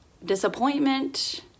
disappointment